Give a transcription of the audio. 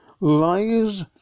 lies